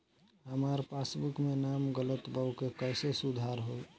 हमार पासबुक मे नाम गलत बा ओके कैसे सुधार होई?